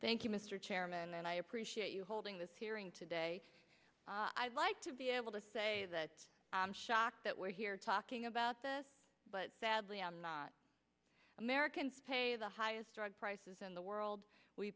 you mr chairman and i appreciate you holding this hearing today i'd like to be able to say that i'm shocked that we're here talking about this but sadly i'm not americans pay the highest drug prices in the world we